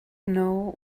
know